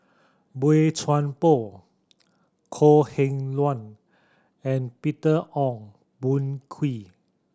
Boey Chuan Poh Kok Heng Leun and Peter Ong Boon Kwee